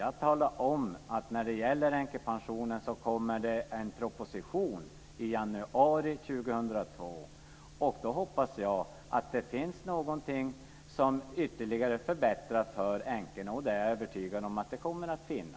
Jag har talat om att det kommer en proposition i januari 2002 när det gäller änkepensionen. Då hoppas jag att det finns någonting som ytterligare förbättrar för änkorna, och det är jag övertygad om att det kommer att göra.